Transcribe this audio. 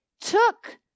took